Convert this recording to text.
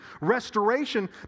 Restoration